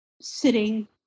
sitting